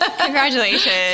Congratulations